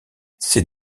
ces